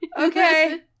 okay